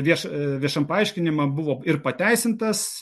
vieš viešam paaiškinime buvo ir pateisintas